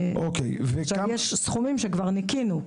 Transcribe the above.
עכשיו, יש סכומים שכבר ניכינו.